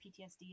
PTSD